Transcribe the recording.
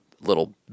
little